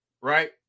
right